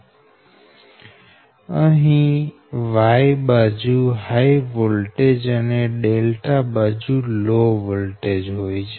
હવે અહી Y બાજુ હાય વોલ્ટેજ અને બાજુ લો વોલ્ટેજ હોય છે